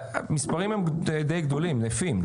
המספרים הם די גדולים, יפים.